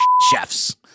chefs